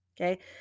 okay